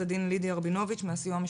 הדין לידיה רבינוביץ' מהסיוע המשפטי.